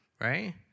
right